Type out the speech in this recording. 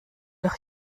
doch